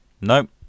Nope